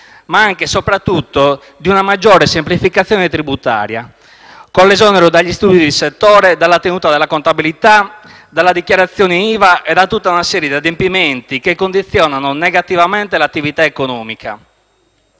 ma anche e soprattutto di una maggiore semplificazione tributaria, con l'esonero dagli studi di settore, dalla tenuta della contabilità, dalla dichiarazione IVA e da tutta una serie di adempimenti che condizionano negativamente l'attività economica.